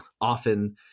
Often